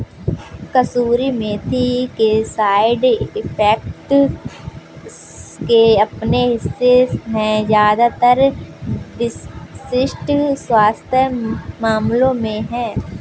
कसूरी मेथी के side effects के अपने हिस्से है ज्यादातर विशिष्ट स्वास्थ्य मामलों में है